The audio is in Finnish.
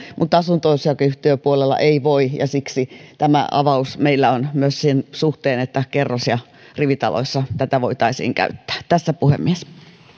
mutta asunto osakeyhtiöpuolella ei voi ja siksi meillä on myös tämä avaus että kerros ja rivitaloissa tätä voitaisiin käyttää tässä tämä puhemies